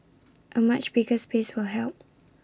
A much bigger space will help